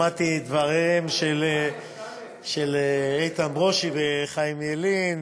שמעתי את דבריהם של איתן ברושי וחיים ילין,